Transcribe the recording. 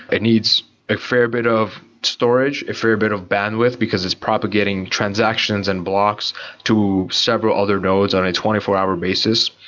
it needs a fair bit of storage, a fair bit of bandwidth because it's propagating transactions an and blocks to several other nodes on a twenty four hour basis.